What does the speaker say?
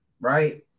right